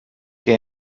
què